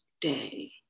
day